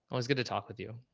i was going to talk with you.